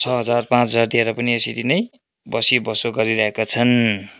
छ हजार पाँच हजार दिएर पनि यसरी नै बसी बसो गरिरहेका छन्